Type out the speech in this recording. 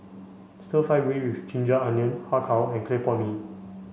stir fry beef with ginger onions Har Kow and Clay Pot Mee